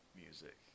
music